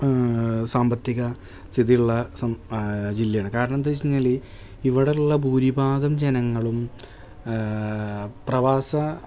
സാമ്പത്തിക സ്ഥിതിയുള്ള ജില്ലയാണ് കാരണം എന്തയിച്ചഴിഞ്ഞാല് ഇവിടെയുള്ള ഭൂരിഭാഗം ജനങ്ങളും പ്രവാസ